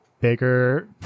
bigger